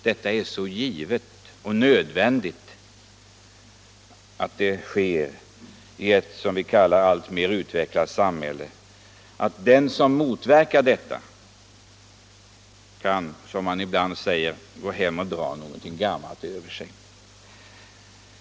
Det är så givet och nödvändigt att detta får ske i ett, som vi kallar det, alltmer utvecklat samhälle att den som motverkar det kan - som man ibland säger — gå hem och dra något gammalt över sig.